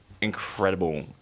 incredible